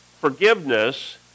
forgiveness